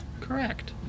Correct